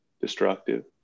destructive